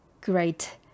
great